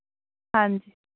ਹਾਂਜੀ